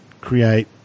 create